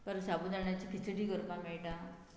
परत साबू दाण्याची खिचडी करपाक मेळटा